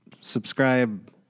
Subscribe